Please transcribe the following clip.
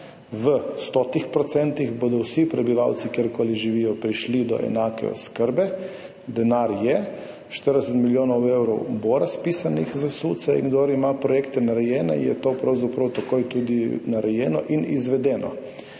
bodo vsi prebivalci, kjerkoli živijo, prišli do enake oskrbe. Denar je. 40 milijonov evrov bo razpisanih za SUC in kdor ima projekte narejene, je to pravzaprav takoj tudi narejeno in izvedeno.